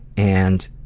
and,